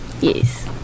Yes